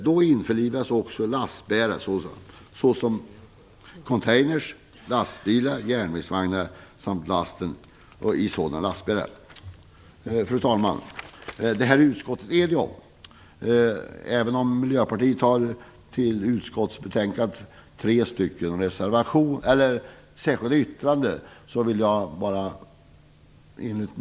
Där införlivas också lastbärare såsom containrar, lastbilar och järnvägsvagnar samt lasten i sådana lastbärare. Fru talman! Detta är utskottet enigt om, även om Miljöpartiet har fogat tre särskilda yttranden till utskottsbetänkandet.